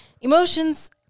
emotions